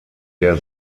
der